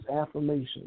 affirmations